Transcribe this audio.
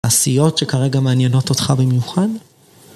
עשיות שכרגע מעניינות אותך במיוחד?